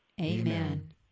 Amen